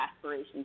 aspirations